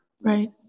Right